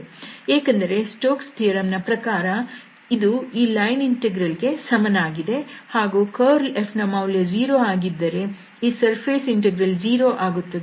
ಏಕೆಂದರೆ Stokes theorem Stoke's Theorem ನ ಪ್ರಕಾರ ಇದು ಈ ಲೈನ್ ಇಂಟೆಗ್ರಲ್ ಗೆ ಸಮನಾಗಿದೆ ಹಾಗೂ ಕರ್ಲ್ F ನ ಮೌಲ್ಯವು 0 ಆಗಿದ್ದರೆ ಈ ಸರ್ಫೇಸ್ ಇಂಟೆಗ್ರಲ್ 0 ಆಗುತ್ತದೆ